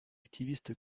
activiste